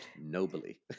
nobly